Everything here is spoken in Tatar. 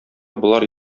болар